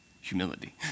Humility